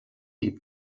die